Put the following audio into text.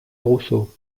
rousseau